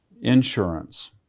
Insurance